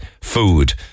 food